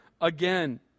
again